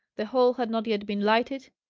the hall had not yet been lighted,